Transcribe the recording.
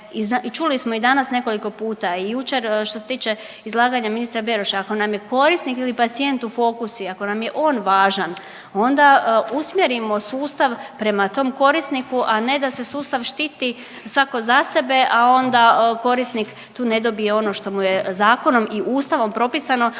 i čuli smo i danas nekoliko puta i jučer što se tiče izlaganja ministra Beroša, ako nam je korisnik ili pacijent u fokusu i ako nam je on važan, onda usmjerimo sustav prema tom korisniku, a ne da se sustav štiti svako za sebe, a onda korisnik tu ne dobije ono što mu je zakonom i ustavom propisano